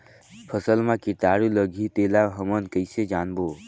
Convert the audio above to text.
फसल मा कीटाणु लगही तेला हमन कइसे जानबो?